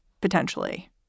potentially